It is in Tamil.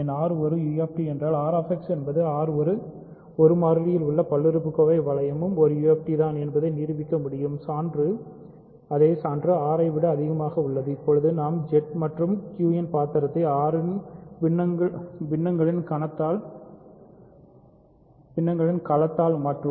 R ஒரு UFD என்றால்Rx என்பது R மீது ஒரு மாறியில் உள்ள பல்லுறுப்புக்கோவை வளையமும் ஒரு UFD தான் என்பதை நிரூபிக்க முடியும் அதே சான்று R ஐ விட அதிகமாக உள்ளது இப்போது நாம் Z மற்றும் Qன் பாத்திரத்தை R இன் பின்னங்களின் கணத்தால் மாற்றுவோம்